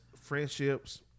friendships